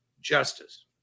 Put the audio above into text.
justice